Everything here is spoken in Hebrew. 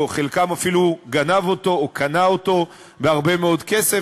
חלקם אפילו גנבו אותו או קנו אותו בהרבה מאוד כסף,